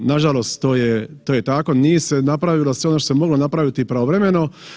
Nažalost, to je, to je tako, nije se napravilo sve ono što se moglo napraviti pravovremeno.